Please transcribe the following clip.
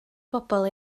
bobol